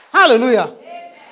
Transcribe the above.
hallelujah